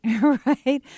right